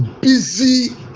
busy